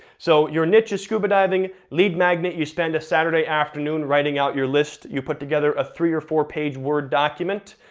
so your niche is scuba diving lead magnet, you spend a saturday afternoon writing out your list. you put together a three or four page word document,